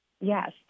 Yes